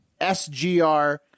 SGR